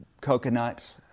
Coconut